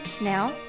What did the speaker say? Now